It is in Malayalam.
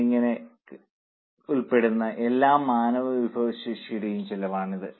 എന്നിവ ഉൾപ്പെടുന്ന എല്ലാ മാനവ വിഭവശേഷിയുടെയും ചെലവാണിത്